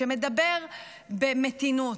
שמדבר במתינות.